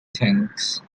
things